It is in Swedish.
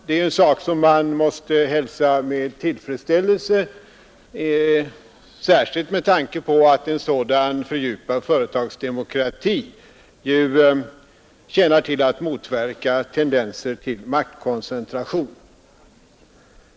Det är en sak som man måste hälsa med tillfredsställelse, särskilt med tanke på att en sådan fördjupad företagsdemokrati tjänar till att motverka tendenser till maktkoncentration.